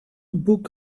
book